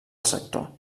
sector